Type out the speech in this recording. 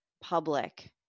public